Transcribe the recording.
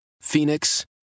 Phoenix